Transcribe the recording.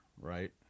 right